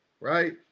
Right